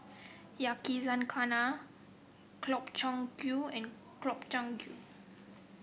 Yakizakana Gobchang Gui and Gobchang Gui